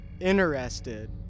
interested